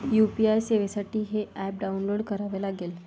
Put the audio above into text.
UPI सेवेसाठी हे app download करावे लागेल